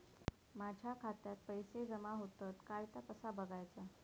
माझ्या खात्यात पैसो जमा होतत काय ता कसा बगायचा?